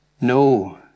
no